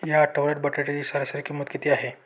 या आठवड्यात बटाट्याची सरासरी किंमत किती आहे?